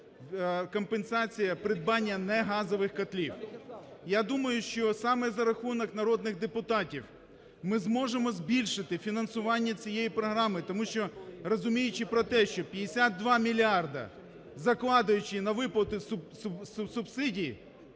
компенсація придбання не газових котлів. Я думаю, що саме за рахунок народних депутатів ми зможемо збільшити фінансування цієї програми, тому що, розуміючи про те, що 52 мільярди закладаючи на виплати субсидій